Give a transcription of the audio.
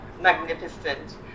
magnificent